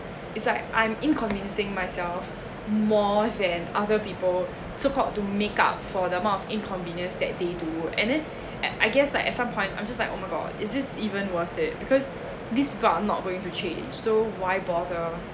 it's like I'm inconveniencing myself more than other people so called to make up for the amount of inconvenience that they do work and then I I guess like at some points I'm just like oh my god is this even worth it because this bulk not going to change so why bother